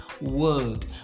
world